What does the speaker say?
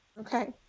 Okay